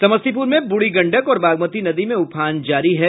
समस्तीपुर में बूढ़ी गंडक और बागमती नदी में उफान जारी है